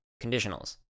conditionals